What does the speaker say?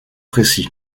précis